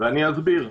ואני אסביר.